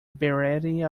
variety